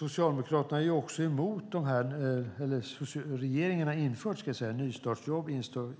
Regeringen har också infört nystartsjobb och